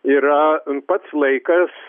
yra pats laikas